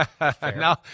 Now